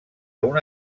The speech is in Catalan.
una